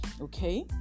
okay